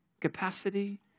capacity